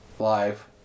live